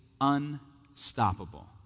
unstoppable